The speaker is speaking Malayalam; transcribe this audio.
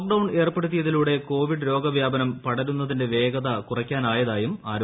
ലോക്ഡൌൺ ഏർപ്പെടുത്തിയതിലൂടെ കോവിഡ് രോഗവ്യാപനം പടരുന്നതിന്റെ വേഗത കുറയ്ക്കാനായതായും ആരോഗ്യമന്ത്രാലയം